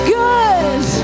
good